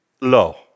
Low